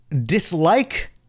dislike